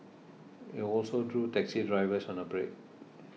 it also drew taxi drivers on a break